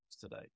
today